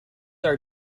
our